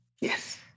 Yes